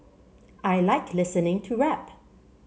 I like listening to rap